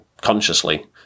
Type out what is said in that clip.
consciously